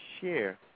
share